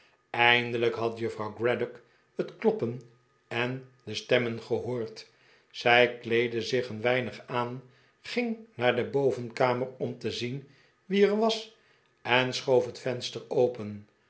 eindelijk had juffrouw craddock het kloppen en de stemmen gehoord zij kleedde zich een weinig aan ging naar de bovenkamer om te zien wie er was en schoof het venster open